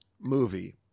movie